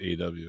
aw